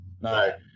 No